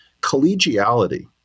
collegiality